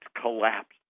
collapsed